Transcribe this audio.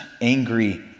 angry